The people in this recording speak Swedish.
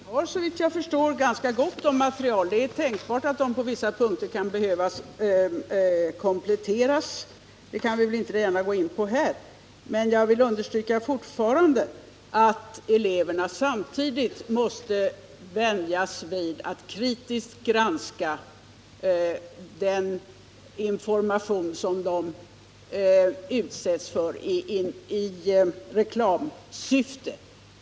Herr talman! Vi har, såvitt jag förstår, ganska gott om icke-kommersiellt material. Det är tänkbart att det på vissa punkter kan behöva kompletteras, men det kan vi väl inte gärna gå in på här. Jag vill fortfarande understryka att eleverna samtidigt måste vänjas vid att kritiskt granska den information som de utsätts för i reklamsyfte.